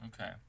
Okay